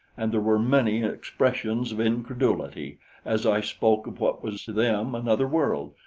and there were many expressions of incredulity as i spoke of what was to them another world,